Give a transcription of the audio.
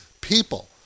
people